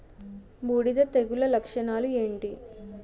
బూడిద తెగుల లక్షణాలు ఏంటి?